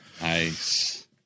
Nice